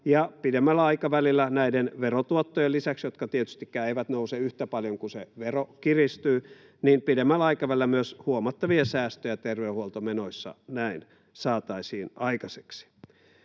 pidemmällä aikavälillä näiden verotuottojen lisäksi, jotka tietystikään eivät nouse yhtä paljon kuin se vero kiristyy, näin saataisiin aikaiseksi myös huomattavia säästöjä terveydenhuoltomenoissa. Eli kannustan hallitusta